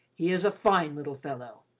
he is a fine little fellow.